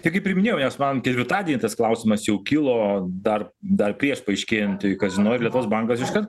tai kaip ir priminėjau nes man ketvirtadienį tas klausimas jau kilo dar dar prieš paaiškėjant kazino lietuvos bankas iškart